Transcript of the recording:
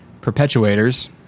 perpetuators